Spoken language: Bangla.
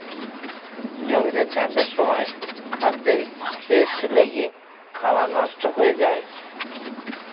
জমিতে চাষের সময় খাদ্যে পেস্ট লেগে খাবার নষ্ট হয়ে যায়